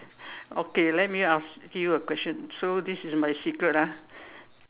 okay let me ask you a question so this is my secret ah